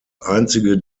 einzige